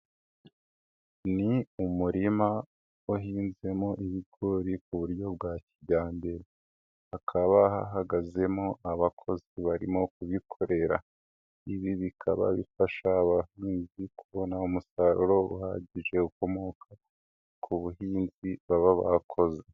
Ni umurima wahinzemo ibigori ku buryo bwa kijyambere, hakaba hahagazemo abakozi barimo kubikorera. Ibi bikaba bifasha abahinzi kubona umusaruro uhagije ukomoka ku buhinzi baba bakoze.